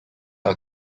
are